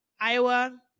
Iowa